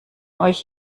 euch